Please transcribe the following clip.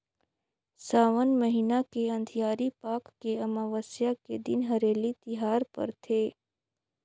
सावन महिना के अंधियारी पाख के अमावस्या के दिन हरेली तिहार परथे